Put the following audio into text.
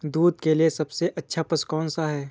दूध के लिए सबसे अच्छा पशु कौनसा है?